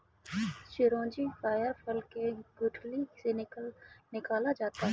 चिरौंजी पयार फल के गुठली से निकाला जाता है